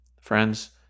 Friends